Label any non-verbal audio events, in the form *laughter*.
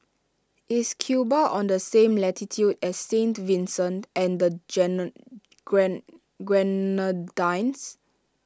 Is Cuba on the same latitude as Saint Vincent and the *unintelligible* Grenadines